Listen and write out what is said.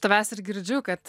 tavęs ir girdžiu kad